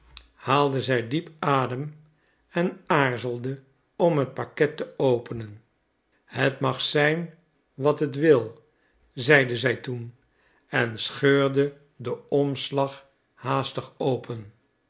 haalde zij diep adem en aarzelde om het paket te openen het mag zijn wat het wil zeide zij toen en scheurde den omslag haastig open